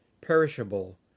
perishable